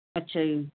ਅੱਛਾ ਜੀ